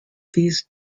these